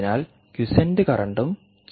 അതിനാൽ ക്വിസ്ന്റ് കറന്റും ചേർക്കണം